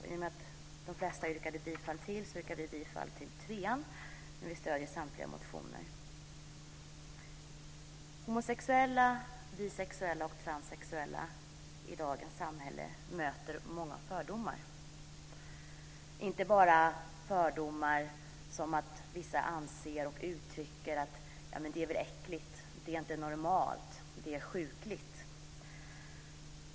I och med att det redan har yrkats bifall till de flesta reservationerna yrkar vi bifall till reservation 3, men vi stöder samtliga motioner. Homosexuella, bisexuella och transsexuella i dagens samhälle möter många fördomar. Det är inte bara fördomar där vissa anser och uttrycker att något är äckligt, inte är normalt eller är sjukligt.